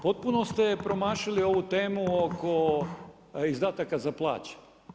Potpuno ste promašili ovu temu oko izdataka za plaće.